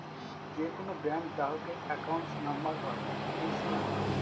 যে কোনো ব্যাঙ্ক গ্রাহকের অ্যাকাউন্ট নাম্বার হয় এ.সি নাম্বার